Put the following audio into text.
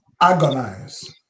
agonize